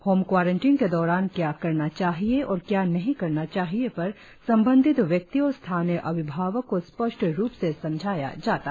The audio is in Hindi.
होम क्वारंटीन के दौरान क्या करना चाहिए और क्या नही करना चाहिए पर संबंधित व्यक्ति और स्थानीय अभिभावक को स्पष्ट रुप से समझाया जाता है